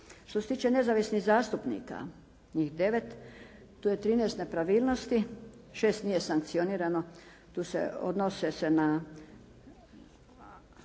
Što se tiče nezavisnih zastupnika, njih 9, tu je 13 nepravilnosti, 6 nije sankcionirano. Odnose se na